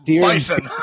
bison